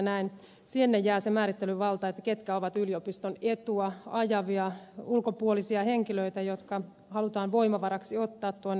näin sinne jää se määrittelyvalta että ketkä ovat yliopiston etua ajavia ulkopuolisia henkilöitä jotka halutaan voimavaraksi ottaa tuonne yliopistoyhteisöön